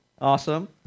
Awesome